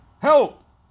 help